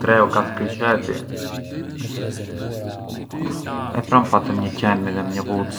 tre o katër criceti e pran patëm një ghuc.